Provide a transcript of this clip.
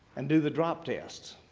and do the drop test.